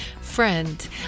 Friend